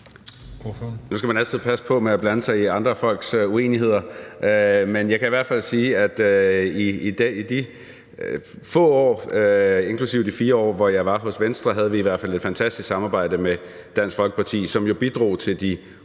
Nu skal man altid passe på med at blande sig i andre folks uenigheder, men jeg kan i hvert fald sige, at i de få år, inklusive de 4 år, hvor jeg var hos Venstre, havde vi et fantastisk samarbejde med Dansk Folkeparti, som jo bidrog til de 114